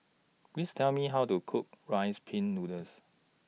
Please Tell Me How to Cook Rice Pin Noodles